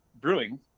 brewing